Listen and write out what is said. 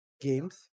games